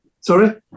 Sorry